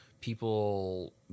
people